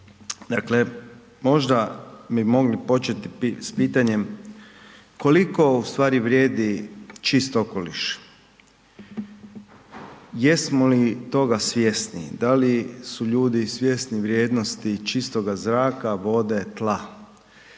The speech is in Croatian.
Dakle, možda bi mogli početi s pitanjem koliko ustvari vrijedi čisti okoliš? Jesmo li toga svjesni, da li su ljudi svjesni vrijednosti čistoga zraka, vode, tla?